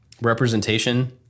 representation